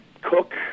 Cook